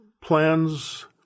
plans